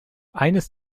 eines